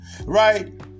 right